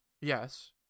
yes